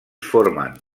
formen